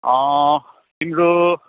तिम्रो